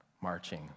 marching